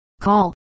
call